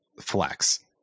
flex